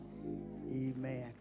Amen